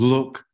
Look